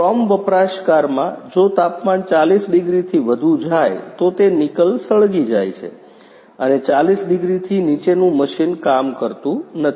chrome વપરાશકારમાં જો તાપમાન 40 ડિગ્રીથી વધુ જાય તો તે નિકલ સળગી જાય છે અને 40 ડિગ્રીથી નીચેનું મશીન કામ કરતું નથી